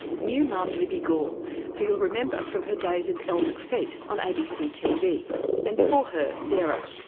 new mum libbi gorr who you will remember from her days as elle mcfeast on abc tv and before her sarah.